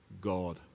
God